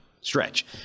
stretch